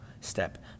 step